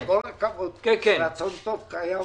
עם כל הכבוד לרצון הטוב.